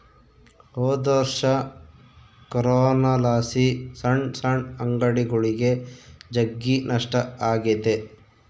ಹೊದೊರ್ಷ ಕೊರೋನಲಾಸಿ ಸಣ್ ಸಣ್ ಅಂಗಡಿಗುಳಿಗೆ ಜಗ್ಗಿ ನಷ್ಟ ಆಗೆತೆ